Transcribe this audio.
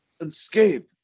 unscathed